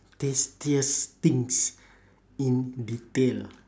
tastiest things in detail ah